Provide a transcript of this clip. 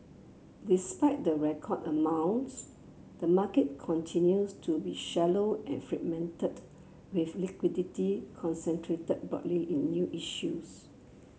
despite the record amounts the market continues to be shallow and fragmented with liquidity concentrated broadly in new issues